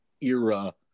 era